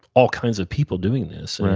all kinds of people doing this,